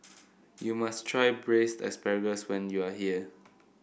you must try Braised Asparagus when you are here